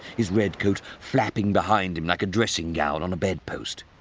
his red coat flapping behind him like a dressing gown on a bedpost.